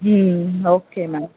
ம் okay ma'am